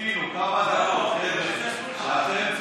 תמתינו כמה דקות, חבר'ה.